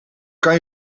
kan